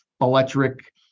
electric